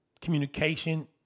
communication